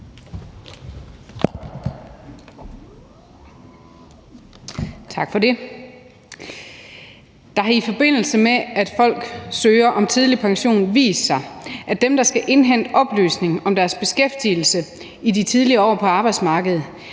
Tak for det. Det har, i forbindelse med at folk søger om tidlig pension, vist sig, at dem, der skal indhente oplysning om deres beskæftigelse i de tidlige år på arbejdsmarkedet,